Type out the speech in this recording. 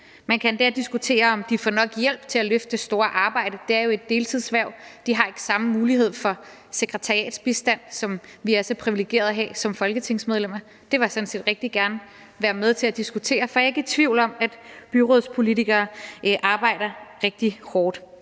Man kan endda diskutere, om de får nok hjælp til at løfte det store arbejde. Det er jo et deltidshverv, og de har ikke samme mulighed for sekretariatsbistand, som vi er så privilegerede at have som folketingsmedlemmer. Det vil jeg sådan set rigtig gerne være med til at diskutere, for jeg er ikke tvivl om, at byrådspolitikere arbejder rigtig hårdt.